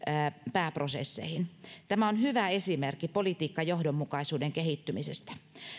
pääprosesseihin tämä on hyvä esimerkki politiikkajohdonmukaisuuden kehittymisestä